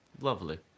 Lovely